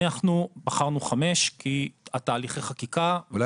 אנחנו בחרנו חמש שנים כי תהליכי החקיקה --- אולי